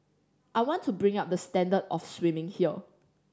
I want to bring up the standard of swimming here